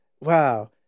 wow